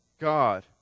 God